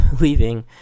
leaving